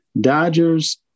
Dodgers